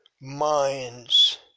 minds